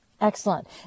Excellent